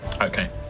okay